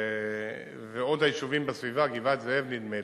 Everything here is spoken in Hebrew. ועוד היישובים בסביבה, גבעת-זאב נדמה לי,